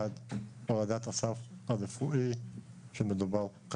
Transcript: הורדת הסף הרפואי כאשר כרגע מדובר על